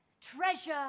Treasure